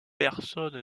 personne